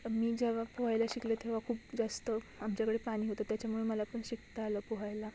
मी जेव्हा पोहायला शिकले तेव्हा खूप जास्त आमच्याकडे पाणी होतं त्याच्यामुळे मला पण शिकता आलं पोहायला